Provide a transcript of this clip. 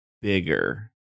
bigger